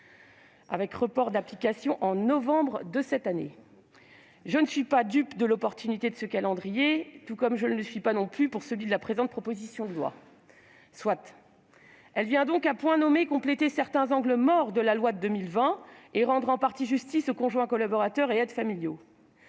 -un report de l'application de cette mesure à novembre de cette année. Je ne suis pas dupe de l'opportunité de ce calendrier, je ne le suis pas non plus en ce qui concerne la présente proposition de loi. Soit ! Ce texte vient donc- à point nommé ... -compléter certains angles morts de la loi de 2020 et rendre en partie justice aux conjoints collaborateurs et aux aides familiaux.